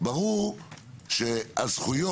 ברור שהזכויות,